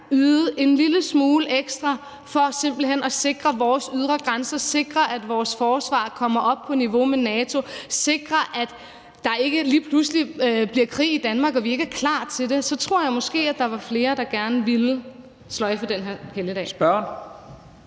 yde en lille smule ekstra for simpelt hen at sikre vores ydre grænser, sikre, at vores forsvar kommer op på niveau med NATO, sikre, at der ikke lige pludselig bliver krig i Danmark, og vi ikke er klar til det, så tror jeg måske, at der var flere, der gerne ville sløjfe den her helligdag.